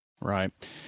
Right